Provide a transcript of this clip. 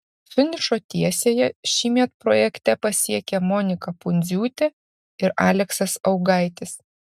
finišo tiesiąją šįmet projekte pasiekė monika pundziūtė ir aleksas augaitis